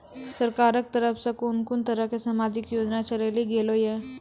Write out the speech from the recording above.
सरकारक तरफ सॅ कून कून तरहक समाजिक योजना चलेली गेलै ये?